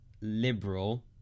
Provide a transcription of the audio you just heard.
liberal